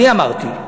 אני אמרתי,